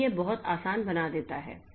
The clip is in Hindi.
ताकि यह बहुत आसान बना देता है